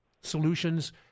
solutions